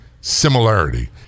similarity